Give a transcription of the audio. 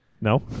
No